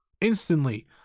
Instantly